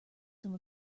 some